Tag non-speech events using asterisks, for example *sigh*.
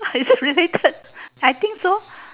*laughs* is it related I think so